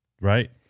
Right